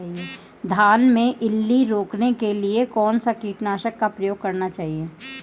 धान में इल्ली रोकने के लिए कौनसे कीटनाशक का प्रयोग करना चाहिए?